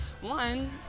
one